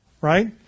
right